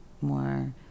more